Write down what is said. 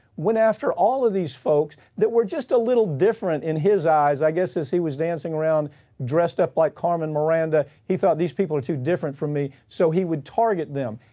went after all of these folks that we're just a little different in his eyes. i guess as he was dancing around dressed up like carmen miranda, he thought, these people are too different from me, so he would target them.